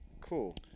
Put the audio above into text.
cool